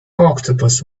octopus